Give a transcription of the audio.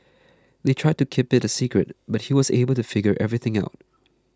they tried to keep it a secret but he was able to figure everything out